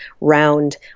round